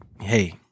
Hey